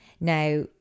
Now